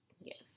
yes